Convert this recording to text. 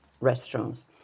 restaurants